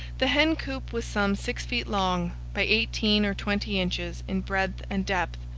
the hen-coop was some six feet long, by eighteen or twenty inches in breadth and depth.